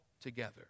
together